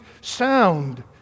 sound